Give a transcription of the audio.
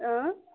اۭں